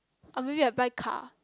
or maybe I buy car